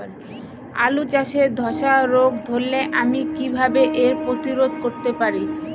আলু চাষে ধসা রোগ ধরলে আমি কীভাবে এর প্রতিরোধ করতে পারি?